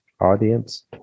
audience